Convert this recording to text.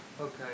Okay